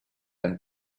and